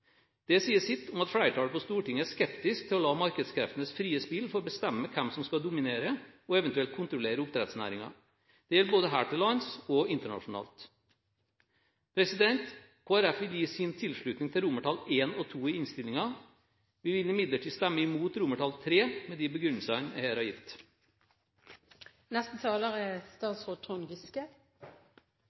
Det sier sitt om at flertallet på Stortinget er skeptisk til å la markedskreftenes frie spill få bestemme hvem som skal dominere og eventuelt kontrollere oppdrettsnæringen. Det gjelder både her til lands og internasjonalt. Kristelig Folkeparti vil gi sin tilslutning til I og II i innstillingen. Vi vil imidlertid stemme imot III, med de begrunnelsene jeg her har